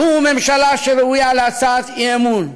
זו ממשלה שראויה להצעת אי-אמון,